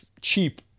cheap